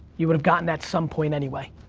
you would've gotten at some point, anyway.